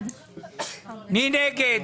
מי נגד?